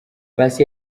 paccy